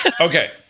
Okay